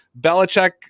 Belichick